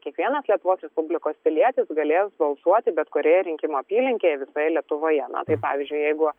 kiekvienas lietuvos respublikos pilietis galės balsuoti bet kurioje rinkimų apylinkėje visoje lietuvoje na tai pavyzdžiui jeigu